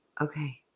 Okay